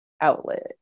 outlet